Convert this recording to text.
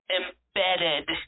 embedded